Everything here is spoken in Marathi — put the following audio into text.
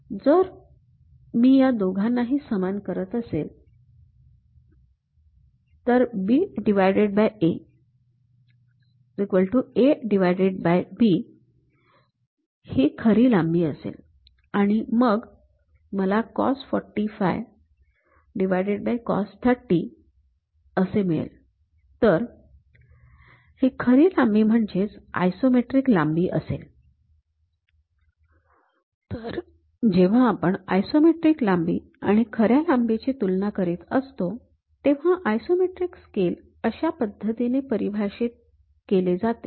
जर मी या दोघांनाही समान करत असेन तर B A A B ह्रर खरी लांबी असेल आणि मग मला कॉस४५ कॉस ३० cos cos असे मिळेल तर हे खरी लांबी म्हणजेच आयसोमेट्रिक लांबी असेल तर जेव्हा आपण आयसोमेट्रिक लांबी आणि खऱ्या लांबीची तुलना करीत असतो तेव्हा आयसोमेट्रिक स्केल अशा प्रकारे परिभाषित केले जाते